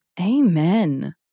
Amen